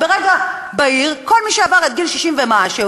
וברגע בהיר כל מי שעבר את גיל 60 ומשהו,